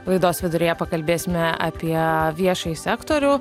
laidos viduryje pakalbėsime apie viešąjį sektorių